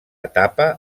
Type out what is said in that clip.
etapa